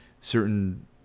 certain